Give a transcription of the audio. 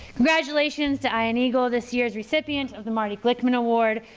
congratulations to ian eagle, this year's recipient of the marty glickman award.